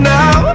now